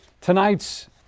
Tonight's